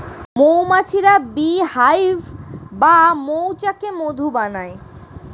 মৌমাছিরা beehive বা মৌচাকে মধু বানায়